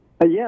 Yes